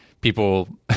people